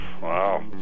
Wow